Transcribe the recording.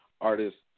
artists